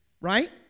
right